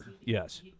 Yes